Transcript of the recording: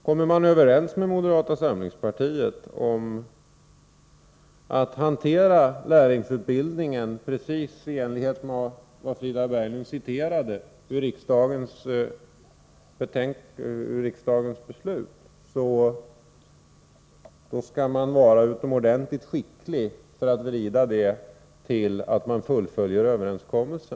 Kommer man överens med moderata samlingspartiet om att hantera lärlingsutbildningen precis i enlighet med det som Frida Berglund citerade ur arbetsmarknadsutskottets betänkande skall man vara utomordentligt skicklig om man skall kunna vrida det till att man fullföljer överenskommelsen.